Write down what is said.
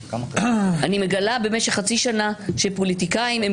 אני מגלה במשך חצי שנה שפוליטיקאים הם